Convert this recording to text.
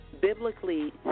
biblically